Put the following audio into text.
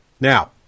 now